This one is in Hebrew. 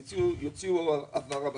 יוציאו הבהרה בנושא.